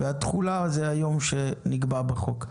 והתחילה זה היום שנקבע בחוק.